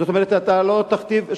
זאת אומרת, אתה לא תכתיב.